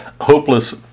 hopeless